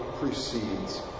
precedes